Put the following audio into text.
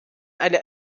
eine